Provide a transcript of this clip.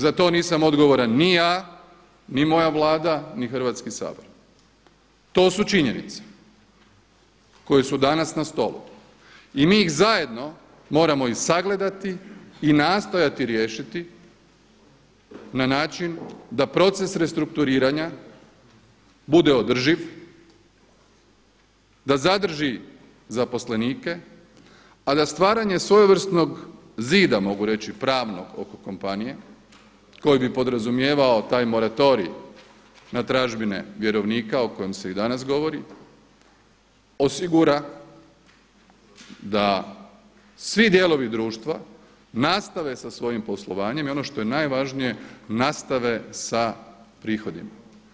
Za to nisam odgovoran ni ja, ni moja Vlada, ni Hrvatski sabor to su činjenice koje su danas na stolu i mi ih zajedno moramo ih sagledati i nastojati riješiti na način da proces restrukturiranja bude održiv, da zadrži zaposlenike, a da stvaranje svojevrsnog zida mogu reći pravnog oko kompanije koji bi podrazumijevao taj moratorij na tražbine vjerovnika o kojem se i danas govori, osigura da svi dijelovi društva nastave sa svojim poslovanjem i ono što je najvažnije nastave sa prihodima.